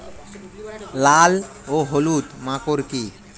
লাল ও হলুদ মাকর কী?